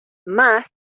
más